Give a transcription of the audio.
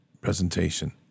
presentation